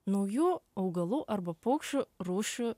naujų augalų arba paukščių rūšių